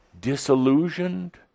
disillusioned